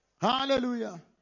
Hallelujah